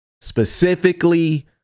specifically